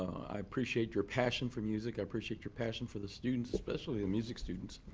i appreciate your passion for music, i appreciate your passion for the students, especially the music students.